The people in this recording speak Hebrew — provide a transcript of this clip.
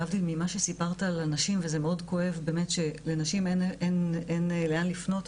להבדיל ממה שסיפרת על הנשים וזה מאוד כואב שלנשים אין לאן לפנות,